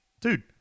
dude